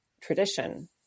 tradition